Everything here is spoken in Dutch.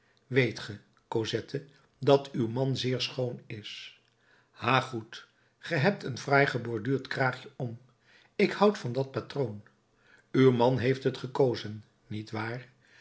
weet ge cosette dat uw man zeer schoon is ha goed ge hebt een fraai geborduurd kraagje om ik houd van dat patroon uw man heeft het gekozen niet waar